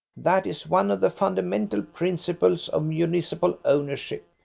that is one of the fundamental principles of municipal ownership.